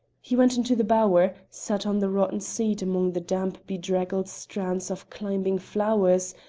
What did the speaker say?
he went into the bower, sat on the rotten seat among the damp bedraggled strands of climbing flowers,